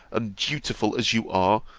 undutiful as you are,